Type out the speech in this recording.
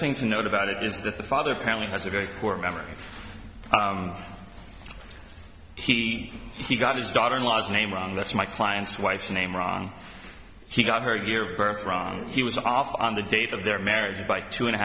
thing to note about it is that the father family has a very poor memory and he he got his daughter in law's name wrong that's my client's wife's name wrong she got her year of birth wrong he was off on the date of their marriage by two and a